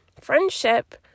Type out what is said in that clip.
friendship